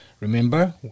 Remember